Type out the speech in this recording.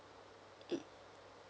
mm